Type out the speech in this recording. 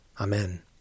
Amen